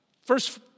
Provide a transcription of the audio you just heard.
first